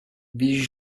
víš